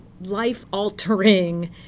life-altering